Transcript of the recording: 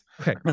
Okay